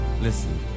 Listen